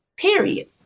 Period